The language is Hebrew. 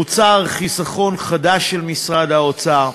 מוצר חיסכון חדש של משרד האוצר,